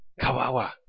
Kawawa